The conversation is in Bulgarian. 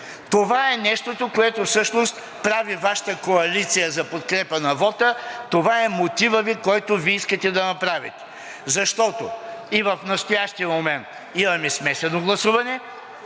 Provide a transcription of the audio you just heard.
Това е нещото, което прави Вашата коалиция за подкрепа на вота. Това е мотивът Ви, който Вие искате да направите. Защото и в настоящия момент имаме смесено гласуване